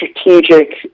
strategic